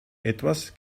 etwas